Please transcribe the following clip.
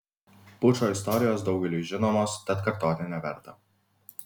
pučo istorijos daugeliui žinomos tad kartoti neverta